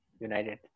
United